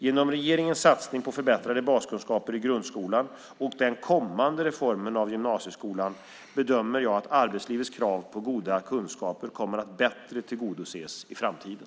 Genom regeringens satsning på förbättrade baskunskaper i grundskolan och den kommande reformen av gymnasieskolan bedömer jag att arbetslivets krav på goda kunskaper kommer att bättre tillgodoses i framtiden.